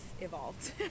evolved